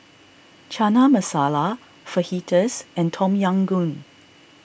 Chana Masala Fajitas and Tom Yam Goong